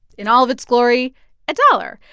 in all of its glory a dollar.